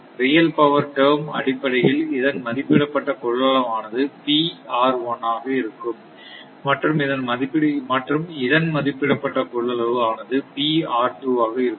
real power term அடிப்படையில் இதன் மதிப்பிடப்பட்ட கொள்ளளவானது ஆக இருக்கும் மற்றும் இதன் மதிப்பிடப்பட்ட கொள்ளளவு ஆனது ஆக இருக்கும்